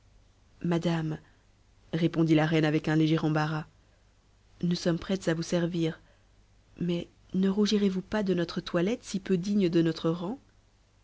madame répondit la reine avec un léger embarras nous sommes prêtes à vous suivre mais ne rougirez vous pas de notre toilette si peu digne de notre rang